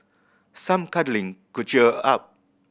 some cuddling could cheer up